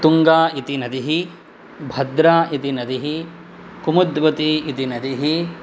तुङ्गा इति नदी भद्रा इति नदी कुमुद्वती इति नदी